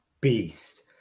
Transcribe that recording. beast